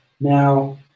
Now